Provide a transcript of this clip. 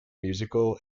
musical